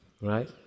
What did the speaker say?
Right